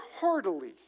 heartily